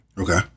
Okay